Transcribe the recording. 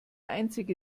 einzige